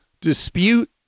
Dispute